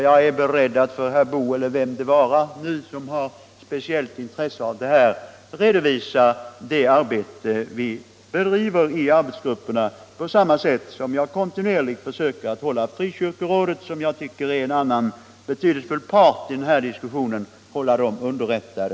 Jag är beredd att för herr Boo eller vem det vara månde som har speciellt intresse av det här redovisa det arbete vi bedriver i arbetsgrupperna, på samma sätt som jag försöker att hålla Frikyrkorådet, som är en annan betydelsefull part i den här diskussionen, underrättat.